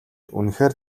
үнэхээр